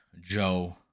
Joe